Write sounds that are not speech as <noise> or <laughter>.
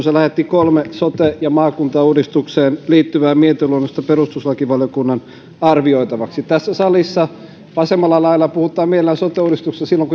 <unintelligible> se lähetti kolme sote ja maakuntauudistukseen liittyvää mietintöluonnosta perustuslakivaliokunnan arvioitavaksi kun tässä salissa vasemmalla laidalla puhutaan mielellään sote uudistuksesta silloin <unintelligible>